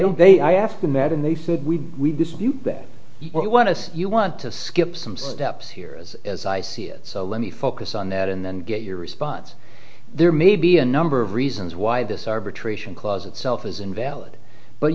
don't they i have met and they said we dispute that we want to see you want to skip some steps here as as i see it so let me focus on that and then get your response there may be a number of reasons why this arbitration clause itself is invalid but